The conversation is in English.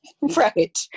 Right